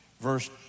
Verse